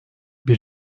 bir